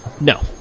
No